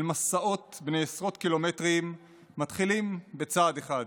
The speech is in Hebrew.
מסעות בני עשרות קילומטרים מתחילים בצעד אחד.